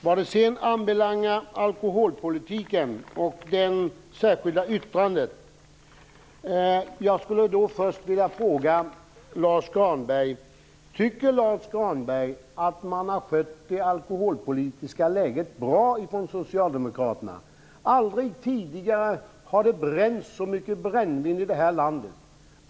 Vad sedan alkoholpolitiken anbelangar vill jag först fråga: Tycker Lars U Granberg att man har skött det alkoholpolitiska läget bra från socialdemokratiskt håll? Aldrig tidigare har det bränts så mycket brännvin i det här landet.